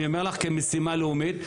אני אומר לך, כמשימה לאומית.